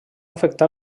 afectà